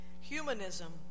Humanism